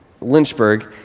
Lynchburg